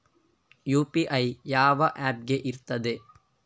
UPI ಯಾವ ಯಾವ app ಗೆ ಇರ್ತದೆ?